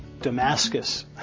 Damascus